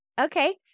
Okay